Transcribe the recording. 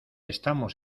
estamos